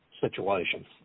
situation